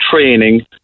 training